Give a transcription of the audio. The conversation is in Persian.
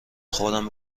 خودم